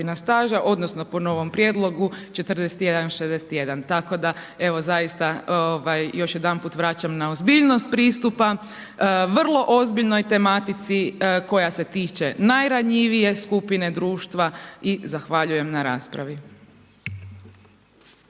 staža, odnosno po novom prijedlogu 41, 61. Tako da evo, zaista još jedanput vraćam na ozbiljnost pristupa vrlo ozbiljnoj tematici koja se tiče najranjivije skupine društva i zahvaljujem na raspravi.